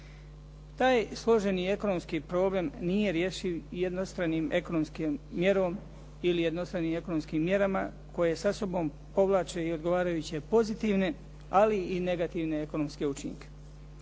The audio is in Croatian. Taj složeni ekonomski problem nije rješiv jednostranim ekonomskim mjerom ili jednostranim ekonomskim mjerama koje sa sobom povlače i odgovarajuće pozitivne ali i negativne ekonomske učinke.